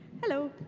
hello.